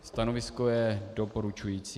Stanovisko je doporučující.